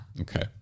okay